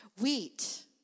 wheat